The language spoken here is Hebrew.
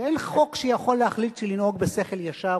ואין חוק שיכול להחליט לנהוג בשכל ישר,